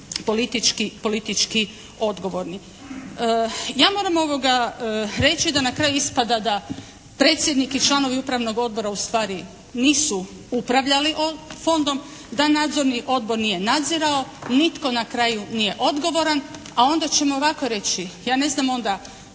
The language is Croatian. politički odgovorni. Ja moram reći da na kraju ispada da predsjednik i članovi upravnog odbora ustvari nisu upravljali fondom, da nadzorni odbor nije nadzirao, nitko na kraju nije odgovoran, a onda ćemo ovako reći, ja ne znam onda